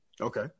Okay